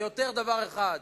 זה יותר דבר אחד: